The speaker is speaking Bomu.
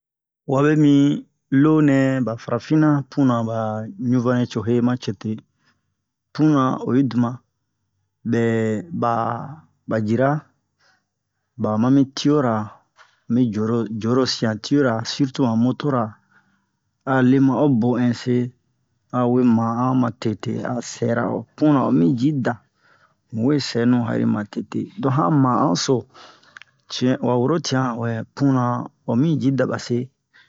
wabe mi lo nɛ ɓa farafinna punna ɓa ɲunvanle cohe matete punna oyi duma ɓɛ ɓa jira ɓa mami tiyo-ra mi joro joro siyan tiyo-ra sirtu han moto-ra a le ma o bo'ɛn se awe man'an matete a sɛra o punna omi ji da mu we se nu matete lo han man'an so ciyɛ wa woro tiyan han wɛ punna wa mi ji da ɓa se